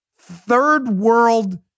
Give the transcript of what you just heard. third-world